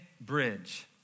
bridge